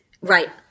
Right